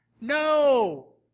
No